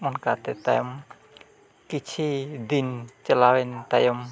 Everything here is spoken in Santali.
ᱚᱱᱠᱟᱛᱮ ᱛᱟᱭᱚᱢ ᱠᱤᱪᱷᱩ ᱫᱤᱱ ᱪᱟᱞᱟᱣᱮᱱ ᱛᱟᱭᱚᱢ